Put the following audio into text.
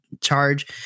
charge